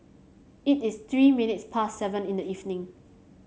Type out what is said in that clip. it is three minutes past seven in the evening